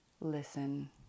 listen